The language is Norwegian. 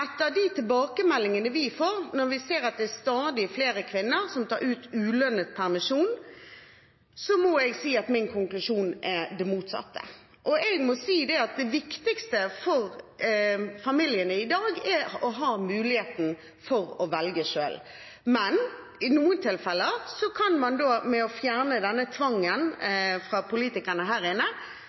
de tilbakemeldingene vi får, når vi ser at det er stadig flere kvinner som tar ut ulønnet permisjon, må jeg si at min konklusjon er det motsatte. Jeg må si at det viktigste for familiene i dag er å ha muligheten for å velge selv. Man kan med å fjerne denne tvangen fra politikerne